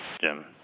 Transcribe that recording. Jim